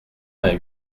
vingt